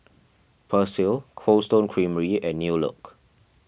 Persil Cold Stone Creamery and New Look